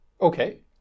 okay